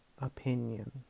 opinion